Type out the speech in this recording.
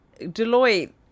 Deloitte